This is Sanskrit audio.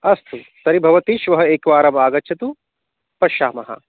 अस्तु तर्हि भवती श्वः एकवारम् आगच्छतु पश्यामः